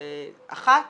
אחת